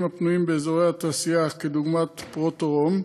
הפנויים באזורי התעשייה דוגמת "פרוטרום"